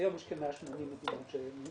היום יש כ-180 מדינות שכבר